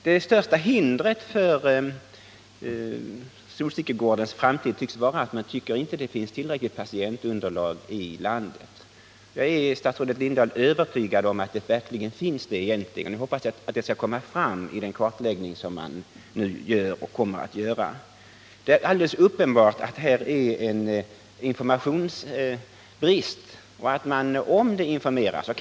Det största hindret för att fortsätta verksamheten vid Solstickegården tycks vara att man tycker att det inte finns ett tillräckligt stort patientunderlag i landet. Men jag är, statsrådet Lindahl, övertygad om att så är fallet. Jag hoppas att detta skall komma fram vid den kartläggning som nu görs och den som kommer att göras. Det är alldeles uppenbart att uppgifterna i det här fallet är felaktiga på grund av bristfällig information. Här behövs mer information.